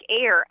air